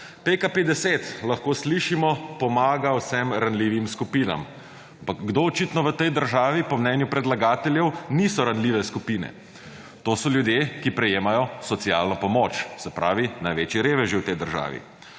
PKP-10 lahko slišimo pomaga vsem ranljivim skupinam, ampak kdo očitno v tej državi po mnenju predlagateljev niso ranljive skupine. To so ljudje, ki prejemajo socialno pomoč se pravi največji reveži v tej državi.